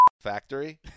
Factory